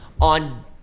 on